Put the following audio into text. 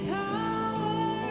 power